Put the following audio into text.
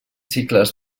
cicles